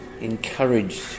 encouraged